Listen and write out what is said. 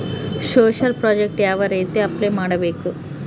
Social project ಯಾವ ರೇತಿ apply ಮಾಡಬೇಕು?